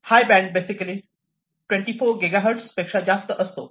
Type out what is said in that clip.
हाय bank band basically 24 gigahertz पेक्षा जास्त असतो